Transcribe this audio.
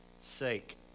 sake